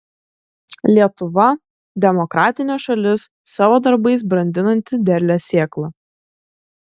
lietuva demokratinė šalis savo darbais brandinanti derlią sėklą